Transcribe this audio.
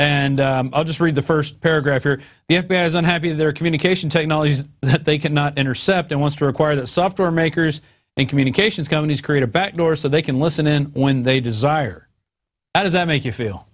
and i'll just read the first paragraph where you have been as unhappy their communication technologies that they could not intercept and wants to require that software makers and communications companies create a backdoor so they can listen in when they desire does that make you feel